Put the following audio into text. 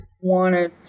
wanted